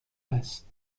است